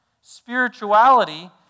Spirituality